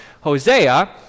Hosea